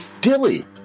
Dilly